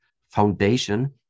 foundation